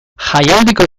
jaialdiko